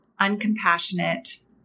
uncompassionate